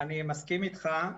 אני מסכים איתך.